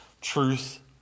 truth